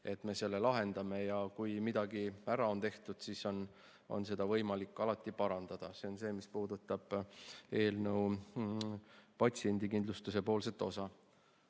et me selle lahendame. Ja kui midagi on ära tehtud, siis on seda võimalik alati parandada. See on see, mis puudutab eelnõu patsiendikindlustuse osa.